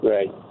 Right